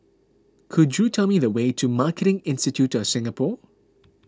could you tell me the way to Marketing Institute of Singapore